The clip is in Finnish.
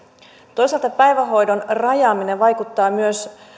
toisaalta päivähoidon rajaaminen vaikuttaa myös